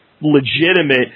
legitimate